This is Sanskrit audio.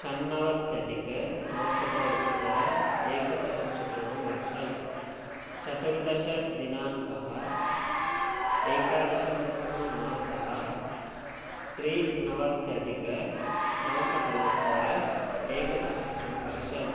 षण्णवत्यधिक नवशतोत्तर एकसहस्रतमवर्षम् चतुर्दशदिनाङ्कः एकादशममासः त्रिनवत्यधिक नवशतोत्तर एकसहस्रं वर्षम्